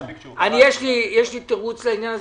יש לי תירוץ לעניין הזה,